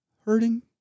hurting